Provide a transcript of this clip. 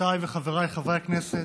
חברותיי וחבריי חברי הכנסת,